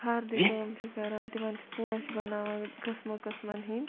فَردِ کٲم چھِ کَران تِمَن چھِ پوش بَناوان قٕسمَن قٕسمَن ہٕنٛدۍ